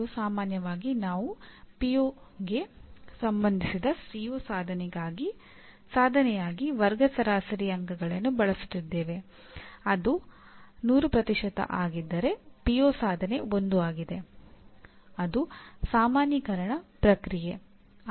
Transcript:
ಅಂದರೆ ಪ್ರತಿ ಪ್ರೋಗ್ರಾಂ ಅನ್ನು ಆತ್ಮಾವಲೋಕನ ಮಾಡಿಕೊಳ್ಳಬೇಕು ಮತ್ತು ಅವರು ಯಾವ ರೀತಿಯ ಎಂಜಿನಿಯರ್ಗಳಾಗಿ ಸಮಾಜಕ್ಕೆ ಸೇವೆ ಸಲ್ಲಿಸಬೇಕೆಂದು ಬಯಸುತ್ತೇವೆ ಎಂಬುದನ್ನು ಕಂಡುಹಿಡಿಯಬೇಕು